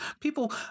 People